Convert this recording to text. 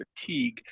fatigue